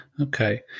okay